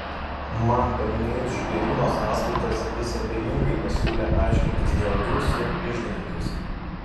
man paminėjus žvėryno sąskaitas jis abejingai pasiūlė aiškintis dėl jų su iždininkais